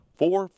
four